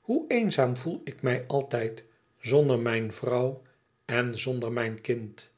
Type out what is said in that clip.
hoe eenzaam voel ik mij altijd zonder mijn vrouw en zonder mijn kind